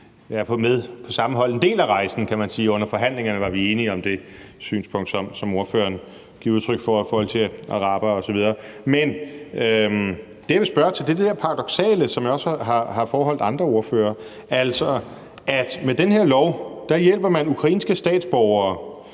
på i hvert fald en del af rejsen, kan man sige. Vi var under forhandlingerne enige om det synspunkt, som ordføreren giver udtryk for i forhold til arabere. Men det, jeg vil spørge om, er det der paradoksale, som jeg også har foreholdt andre ordførere, altså at med den her lov hjælper man ukrainske statsborgere,